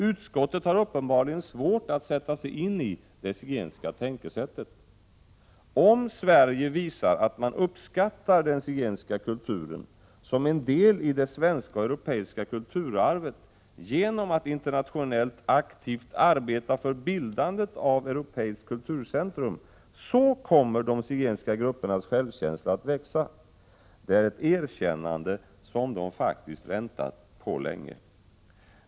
Utskottet har uppenbarligen svårt att sätta sig in i det zigenska tänkesättet. Om Sverige visar att man uppskattar den zigenska kulturen som en del i det svenska och europeiska kulturarvet genom att internationellt aktivt arbeta för bildandet av ett europeiskt kulturcentrum, kommer de zigenska gruppernas självkänsla att växa. Det är ett erkännande som de väntat på länge.